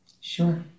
Sure